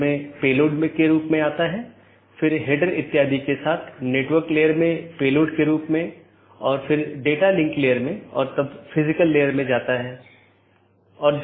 यह मूल रूप से ऑटॉनमस सिस्टमों के बीच सूचनाओं के आदान प्रदान की लूप मुक्त पद्धति प्रदान करने के लिए विकसित किया गया है इसलिए इसमें कोई भी लूप नहीं होना चाहिए